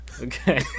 Okay